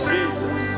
Jesus